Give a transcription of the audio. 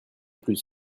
plus